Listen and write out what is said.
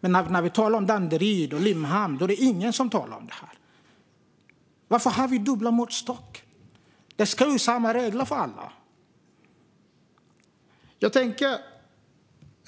Men när det gäller Danderyd och Limhamn är det ingen som talar om det. Varför har vi dubbla måttstockar? Det ska ju vara samma regler för alla.